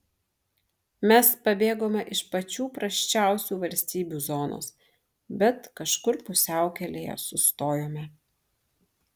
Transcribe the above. mes pabėgome iš pačių prasčiausių valstybių zonos bet kažkur pusiaukelėje sustojome